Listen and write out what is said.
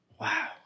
wow